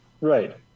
Right